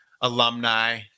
alumni